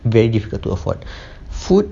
very difficult to afford food